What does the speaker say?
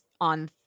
on